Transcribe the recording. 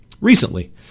recently